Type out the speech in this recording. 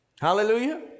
Hallelujah